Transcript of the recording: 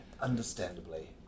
understandably